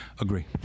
agree